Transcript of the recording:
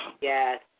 Yes